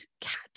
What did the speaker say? catch